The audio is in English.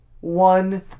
one